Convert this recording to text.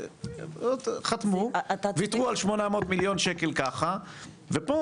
חתמו וויתרו על 800 מיליון שקל ככה ופה